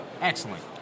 Excellent